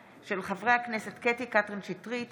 בהצעתם של חברי הכנסת קטי קטרין שטרית,